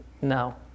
no